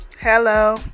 hello